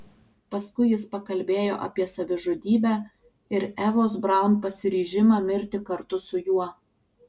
paskui jis pakalbėjo apie savižudybę ir evos braun pasiryžimą mirti kartu su juo